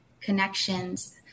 connections